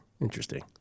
interesting